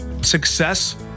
success